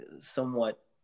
somewhat